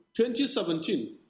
2017